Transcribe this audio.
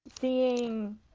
seeing